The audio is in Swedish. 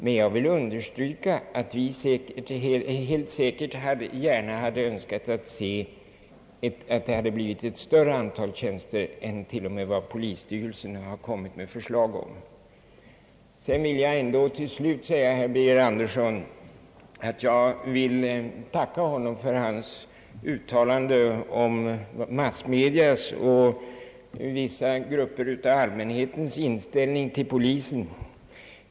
Jag vill dock understryka att vi helt säkert gärna hade önskat se, att det hade blivit ett större antal tjänster än t.o.m. vad polisstyrelsen kommit med förslag om. Till slut vill jag tacka herr Birger Andersson för hans uttalande om massmedias roll och inställningen hos vissa grupper av allmänheten till polisen.